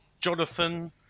Jonathan